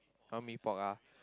one mee-pok ah